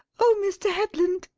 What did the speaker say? oh, mr. headland,